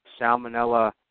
Salmonella